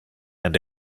and